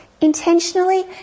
Intentionally